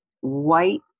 white